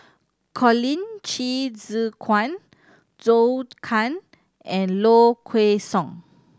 Colin Qi Zhe Quan Zhou Can and Low Kway Song